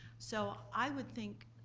so i would think,